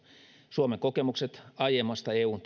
suomen kokemukset aiemmasta eun